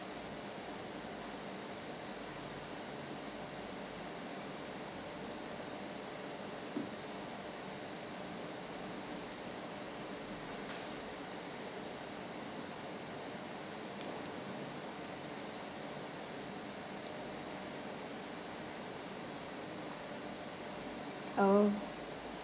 oh